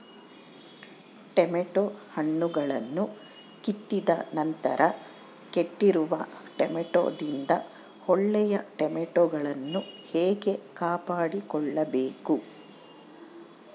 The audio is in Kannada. ಟೊಮೆಟೊ ಹಣ್ಣುಗಳನ್ನು ಕಿತ್ತಿದ ನಂತರ ಕೆಟ್ಟಿರುವ ಟೊಮೆಟೊದಿಂದ ಒಳ್ಳೆಯ ಟೊಮೆಟೊಗಳನ್ನು ಹೇಗೆ ಕಾಪಾಡಿಕೊಳ್ಳಬೇಕು?